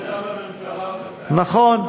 נכון.